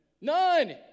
None